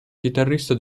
chitarrista